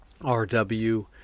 rw